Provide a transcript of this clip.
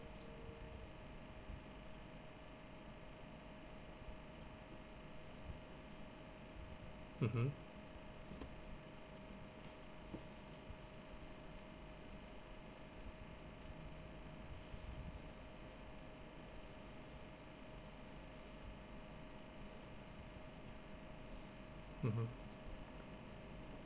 mmhmm mmhmm